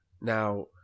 Now